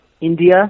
India